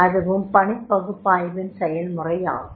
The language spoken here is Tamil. அதுவும் பணிப் பகுப்பாய்வின் செயல்முறையாகும்